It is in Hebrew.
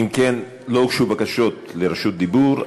אם כן, לא הוגשו בקשות לרשות דיבור.